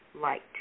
light